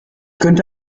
könnte